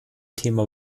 thema